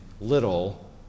little